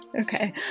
Okay